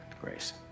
Grace